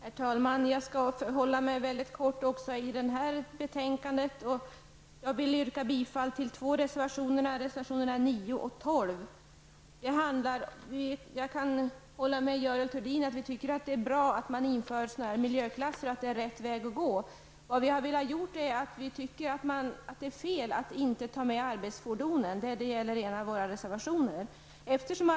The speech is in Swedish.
Herr talman! Jag skall bli mycket kort även när det gäller detta betänkande. Jag vill yrka bifall till två reservationer. Det är reservationerna 9 och 12. Jag kan hålla med Görel Thurdin om att det är bra att man inför dessa miljöklasser och att vi är på rätt väg. Vi tycker att det är fel att inte ta med arbetsfordonen. Den ena av våra reservationer gäller detta.